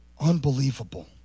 unbelievable